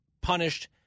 punished